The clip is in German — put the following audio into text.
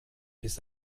bis